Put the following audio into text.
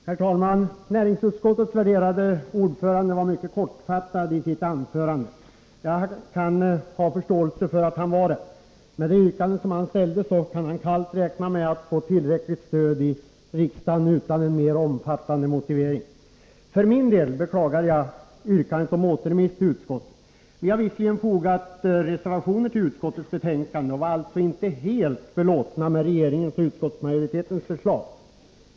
Herr talman! Näringsutskottets värderade ordförande fattade sig kort. Jag kan ha förståelse för det. Han räknar väl kallt med att få tillräckligt stöd i riksdagen för det yrkande han ställde utan en mer omfattande motivering. För min del beklagar jag yrkandet om återremiss till utskottet. Vi har visserligen fogat reservationer till utskottets betänkande och var alltså inte helt belåtna med regeringens och utskottsmajoritetens förslag.